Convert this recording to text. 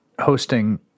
hosting